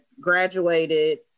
graduated